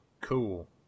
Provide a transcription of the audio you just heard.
Cool